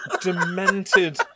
demented